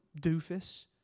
doofus